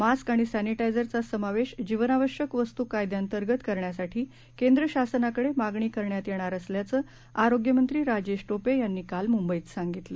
mask आणि सॅनिटायजरचा समावेश जीवनावश्यक वस्तु कायद्यांतर्गत करण्यासाठी केंद्र शासनाकडे मागणी करण्यात येणार असल्याचं आरोग्यमंत्री राजेश टोपे यांनी काल मुंबईत सांगितलं